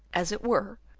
as it were,